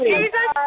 Jesus